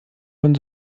von